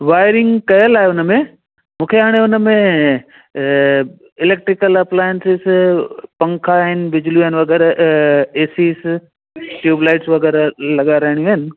wiring कयलु आहे उन में मूंखे हाणे उन में इलेक्ट्रीकल अप्लाइंसिस पंखा आहिनि बिजलियूं आहिनि वग़ैरह एसीस ट्यूबलाइट्स वग़ैरह लॻाराइणियूं आहिनि